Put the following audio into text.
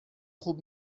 خوب